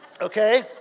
Okay